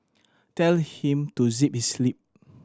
tell him to zip his lip